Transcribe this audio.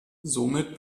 somit